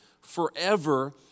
forever